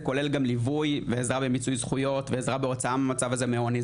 זה כולל גם ליווי ועזרה במיצוי זכויות ועזרה בהוצאה מהמצב הזה מעוני,